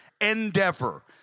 endeavor